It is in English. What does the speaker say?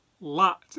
lot